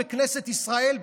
בכנסת ישראל,